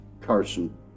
Carson